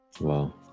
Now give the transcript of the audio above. Wow